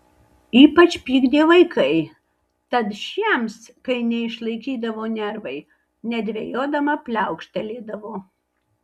ypač pykdė vaikai tad šiems kai neišlaikydavo nervai nedvejodama pliaukštelėdavo